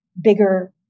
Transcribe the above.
bigger